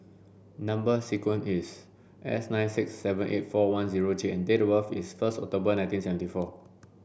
number sequence is S nine six seven eight four one J and date of birth is first October nineteen seventy four